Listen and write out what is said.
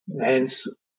hence